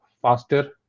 faster